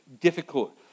difficult